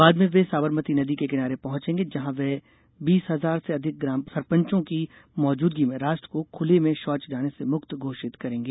बाद में वे साबरमती नदी के किनारे पहुंचेगे जहां वे बीस हजार से अधिक ग्राम सरपंचों की मौजूदगी में राष्ट्र को खुले में शौच जाने से मुक्त घोषित करेंगे